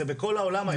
זה בכל העולם היום.